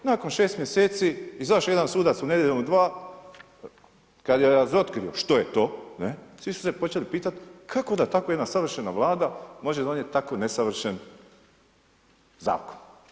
Nakon 6 mjeseci, izašao jedan sudac Nedjeljom u 2 kad je razotkrio što je to, svi su se počeli pitat kako da tako jedna savršena Vlada može donijeti tako nesavršen zakon?